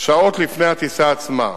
שעות לפני הטיסה עצמה,